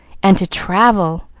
and to travel,